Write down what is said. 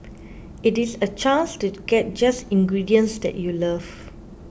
it is a chance to get just ingredients that you love